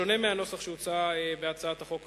השונה מהנוסח שהוצע מלכתחילה בהצעת החוק,